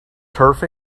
turf